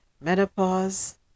Menopause